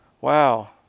Wow